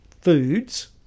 foods